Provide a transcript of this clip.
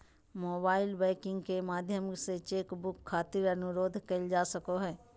mobile banking के माध्यम से चेक बुक खातिर अनुरोध करल जा सको हय